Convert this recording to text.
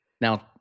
now